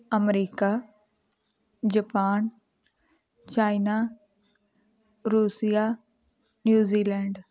America Japan China Russia New Zealand